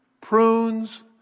prunes